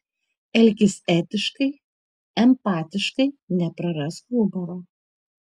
elkis etiškai empatiškai neprarask humoro